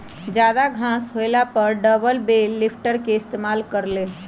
जादा घास होएला पर डबल बेल लिफ्टर के इस्तेमाल कर ल